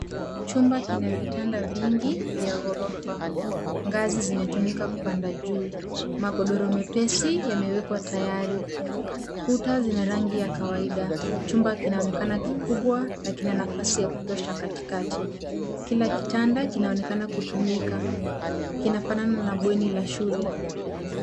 Chumba kina vitanda vingi vya ghorofa, ngazi zimetumika kupanda juu, magodoro mepesi yamewekwa tayari. Kuta zina rangi ya kawaida, chumba kinaonekana kikubwa, na kina nafasi ya kutosha katikati, kila kitanda kinaonekana kutumika, kinafanana na bweni la shule.